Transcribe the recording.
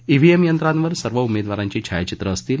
EVM यंत्रावर सर्व उमेदवारांची छायाचित्रं असतील